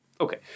Okay